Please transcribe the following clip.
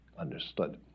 understood